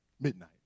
Midnight